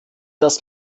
das